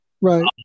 Right